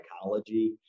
psychology